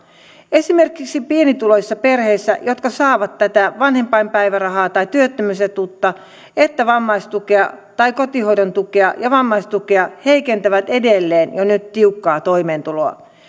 esimerkiksi pienituloisissa perheissä jotka saavat sekä vanhempainpäivärahaa tai työttömyysetuutta että vammaistukea tai kotihoidon tukea ja vammaistukea ne heikentävät edelleen jo nyt tiukkaa toimeentuloa